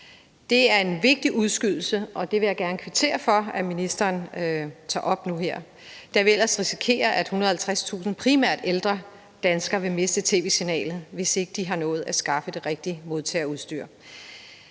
Det er en vigtig udskydelse, og det vil jeg gerne kvittere for at ministeren tager op nu her, da vi ellers risikerer, at 150.000 primært ældre danskere vil miste tv-signalet, hvis ikke de har nået at skaffe det rigtige modtagerudstyr.